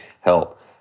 help